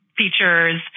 features